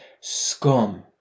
scum